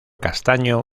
castaño